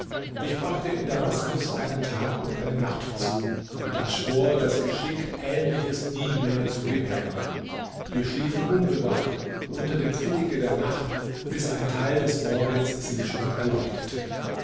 ich brachte in damaskus einen tag und eine nacht zu da schwor das geschick ähnliches nie mehr zu gewähren wir schliefen unbewachtwörtlich und die fittige der nacht war in ihrer nachlässigkeit d h die